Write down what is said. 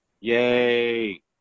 Yay